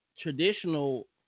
traditional